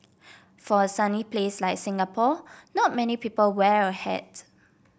for a sunny place like Singapore not many people wear a hat